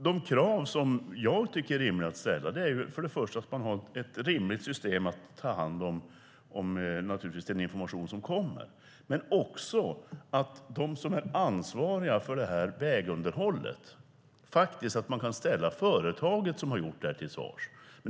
De krav jag tycker är rimliga att ställa är att man har ett rimligt system för att ta hand om den information som kommer, men också att det företag som är ansvarigt för vägunderhållet kan ställas till svars.